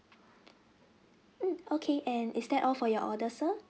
mm okay and is that all for your order sir